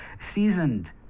seasoned